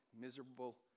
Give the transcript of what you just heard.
miserable